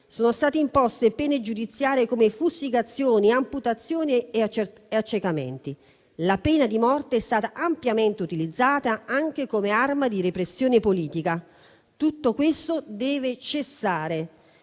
Sono state imposte pene giudiziarie come fustigazioni, amputazioni e accecamenti; la pena di morte è stata ampiamente utilizzata, anche come arma di repressione politica. Tutto questo deve cessare.